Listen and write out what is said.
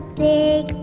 big